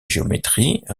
géométrie